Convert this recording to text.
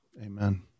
Amen